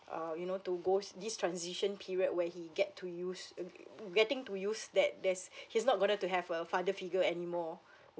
err you know to goes this transition period where he get to used uh g~ getting to use that there's he's not gonna to have a father figure anymore